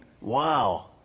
wow